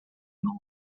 novo